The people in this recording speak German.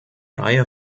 reihe